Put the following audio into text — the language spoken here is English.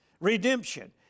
redemption